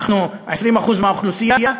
אנחנו 20% מהאוכלוסייה,